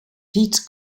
pete